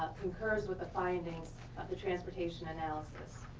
concurs with the findings of the transportation analysis.